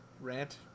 Rant